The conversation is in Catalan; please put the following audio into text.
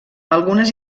algunes